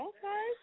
Okay